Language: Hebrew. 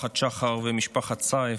משפחת שחר ומשפחת סייף,